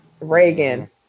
Reagan